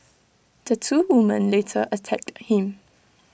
the two women later attacked him